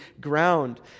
ground